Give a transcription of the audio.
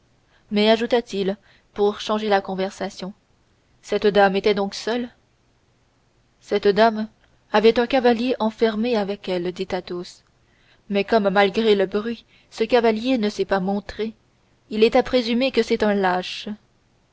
mais ajouta-t-il pour changer la conversation cette dame était donc seule cette dame avait un cavalier enfermé avec elle dit athos mais comme malgré le bruit ce cavalier ne s'est pas montré il est à présumer que c'est un lâche